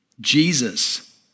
Jesus